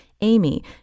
Amy